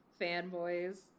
fanboys